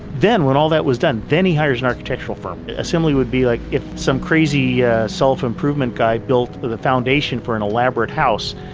then when all that was done, then he hires an architectural firm. assumably it would be like if some crazy yeah self improvement guy built the the foundation for an elaborate house,